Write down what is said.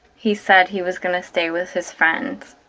he said he was gonna stay with his friend,